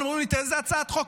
הצעת החוק